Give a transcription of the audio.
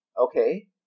Okay